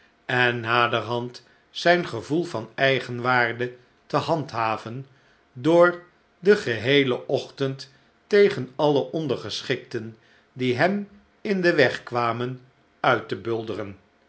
en naderhand zijn gevoel van eigenwaarde te handhaven door den geheelen ochtend tegen alle ondergeschikten die hem in den weg kwamen uit te bulderen